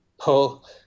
Pull